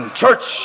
church